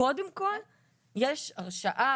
קודם כל יש הרשעה,